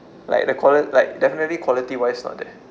like the quali~ like definitely quality wise not there